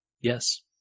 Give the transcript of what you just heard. Yes